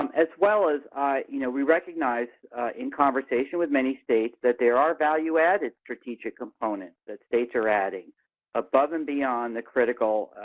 um as well as you know we recognize in conversation with many states that there are value-added strategic components that states are adding above and beyond the critical